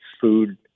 food